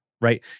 right